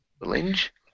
Linge